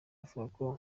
avuka